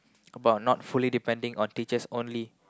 about not fully depending on teachers only